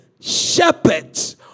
shepherds